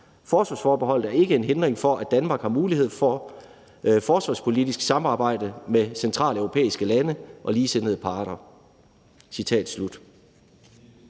...Forsvarsforbeholdet er ikke en hindring for, at Danmark uden for EU kan indgå i forsvarspolitisk samarbejde med centrale europæiske lande og ligesindede partnere.«